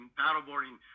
paddleboarding